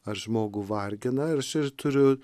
ar žmogų vargina ir aš ir turiu